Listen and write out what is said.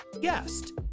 guest